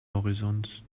horizont